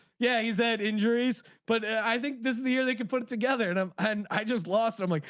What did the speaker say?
yeah he's had injuries but i think this is the year they can put it together. and um and i just lost him. like